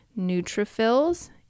neutrophils